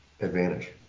advantage